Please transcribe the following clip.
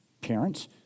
parents